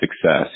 success